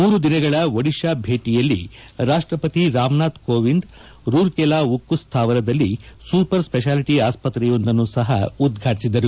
ಮೂರು ದಿನಗಳ ಒಡಿಶಾ ಭೇಟಯಲ್ಲಿ ರಾಷ್ಲಪತಿ ರಾಮನಾಥ್ ಕೋವಿಂದ್ ರೂರ್ಕೆಲಾ ಉಕ್ನು ಸ್ಹಾವರದಲ್ಲಿ ಸೂಪರ್ ಸ್ವೆಷಾಲಿಟಿ ಆಸ್ಪತ್ರೆಯೊಂದನ್ನು ಸಹ ಉದ್ವಾಟಿಸಿದರು